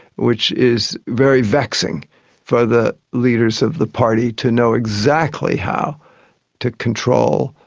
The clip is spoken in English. which is very vexing for the leaders of the party to know exactly how to control,